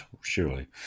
surely